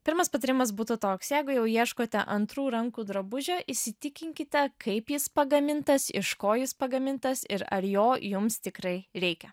pirmas patarimas būtų toks jeigu jau ieškote antrų rankų drabužio įsitikinkite kaip jis pagamintas iš ko jis pagamintas ir ar jo jums tikrai reikia